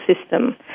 system